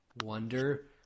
wonder